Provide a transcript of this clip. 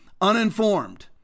uninformed